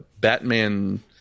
Batman